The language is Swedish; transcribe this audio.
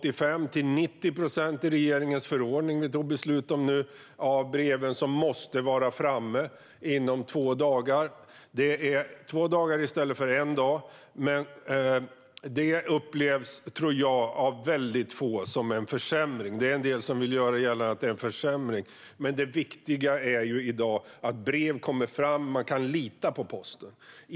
I den förordning som regeringen tagit beslut om måste nu 90 procent, mot tidigare 85 procent, av breven delas ut inom två dagar. Att det är två dagar i stället för en dag upplevs nog av väldigt få som en försämring. En del vill ändå göra gällande att det är en försämring, men det viktiga är att breven kommer fram och att man kan lita på posten.